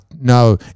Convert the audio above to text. no